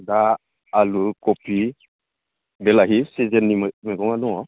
दा आलु कबि बिलाहि सिजोननि मैगङा दङ